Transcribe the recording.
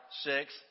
six